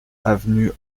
avenue